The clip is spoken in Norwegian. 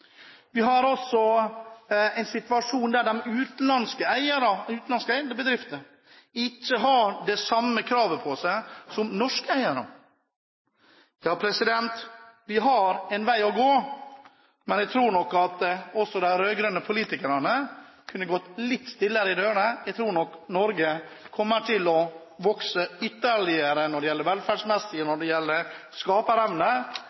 Vi har også en situasjon der utenlandske eiere av bedrifter ikke har det samme kravet på seg som norske eiere. Ja, vi har en vei å gå. Men jeg tror også de rød-grønne politikerne kunne gått litt stillere i dørene. Jeg tror nok Norge kommer til å vokse ytterligere når det gjelder